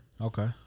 Okay